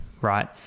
right